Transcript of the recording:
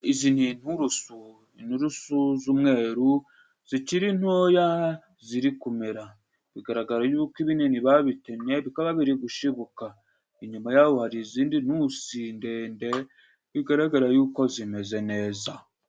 Izi ni inturusu. Inturusu z'umweru zikiri ntoya ziri kumera bigaragara yuko ibinini babitemye bikaba biri gushibuka inyuma yaho hari izindi ntusi ndende bigaragara yuko zimeze neza.